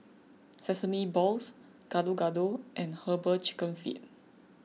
Sesame Balls Gado Gado and Herbal Chicken Feet